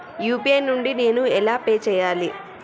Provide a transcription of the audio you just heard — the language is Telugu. యూ.పీ.ఐ నుండి నేను ఎలా పే చెయ్యాలి?